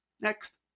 Next